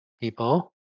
people